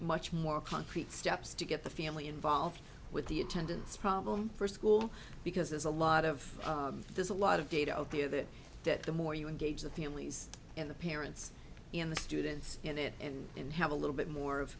much more concrete steps to get the family involved with the attendance problem for school because there's a lot of there's a lot of data out there that that the more you engage the families and the parents in the students in it and and have a little bit more of